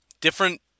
different